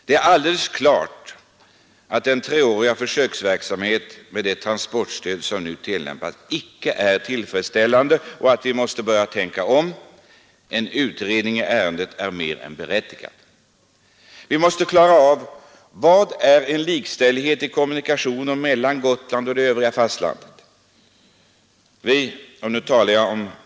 Det är alldeles klart att den treåriga försöksverksamhet med transportstöd som nu pågår icke är tillfredsställande och att vi måste börja tänka om. En utredning i ärendet är mer än berättigad. Vi måste klara ut hur man ur kommunikationssynpunkt kan likställa Gotland med fastlandet.